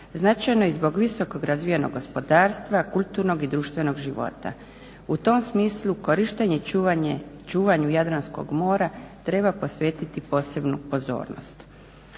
Značajno je i zbog visoko razvijenog gospodarstva, kulturnog i društvenog života. U tom smislu korištenju i čuvanju Jadranskog mora treba posvetiti posebnu pozornost.